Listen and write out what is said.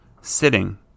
sitting